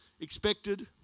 expected